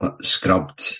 scrubbed